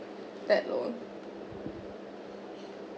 that loan